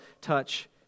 touch